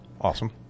Awesome